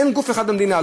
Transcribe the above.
אין גוף אחד במדינה,